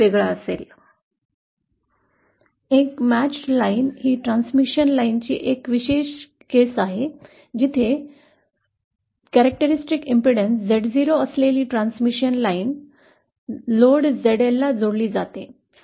एक जुळणारी ओळ ही ट्रान्समिशन लाइनची एक विशेष बाब आहे जिथे वैशिष्ट्यपूर्ण प्रतिबाधा Z0 असलेली ट्रांसमिशन लाइन असलेली लोड Zl ला जोडली जाते